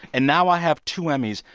and now i have two emmys,